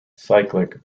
cyclic